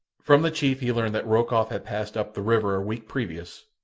from the chief he learned that rokoff had passed up the river a week previous,